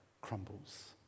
crumbles